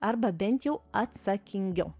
arba bent jau atsakingiau